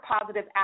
positive